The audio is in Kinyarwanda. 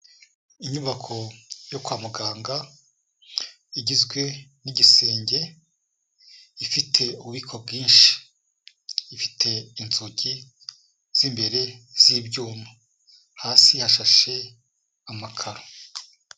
Inyubako yo kwa muganga igizwe n'igisenge, ifite ububiko bwinshi, ifite inzugi z'imbere z'ibyuma, hasi hashashe amakaro.